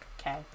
Okay